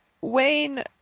Wayne